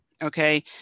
Okay